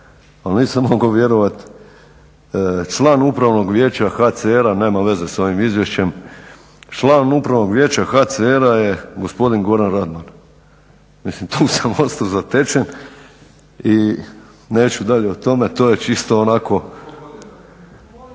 ali nisam mogao vjerovati. Član Upravnog vijeća HCR-a ne veze sa ovim izvješćem, član Upravnog vijeća HCR-a je gospodin Goran Radman, mislim tu sam ostao zatečen i neću dalje o tome. To je čisto da